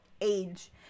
age